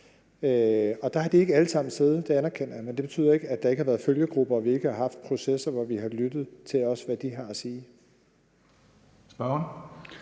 Der har de ikke alle sammen siddet, det anerkender jeg, men det betyder ikke, at der ikke har været følgegrupper, og at vi ikke har haft processer, hvor vi også har lyttet til, hvad de har at sige. Kl.